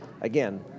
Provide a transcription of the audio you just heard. again